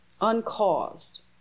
uncaused